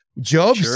Job